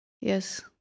Yes